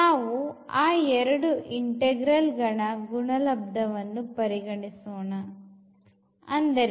ನಾವು ಆ ಎರಡು integral ಗಳ ಗುಣಲಬ್ಧವನ್ನು ಪರಿಗಣಿಸೋಣ ಅಂದರೆ